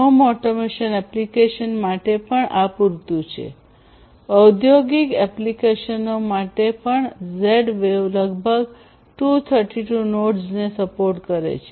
home automation application માટે પણ આ પૂરતું છે ઔદ્યોગિક એપ્લિકેશનો માટે પણ ઝેડ વેવ લગભગ 232 નોડ્સને સપોર્ટ કરે છે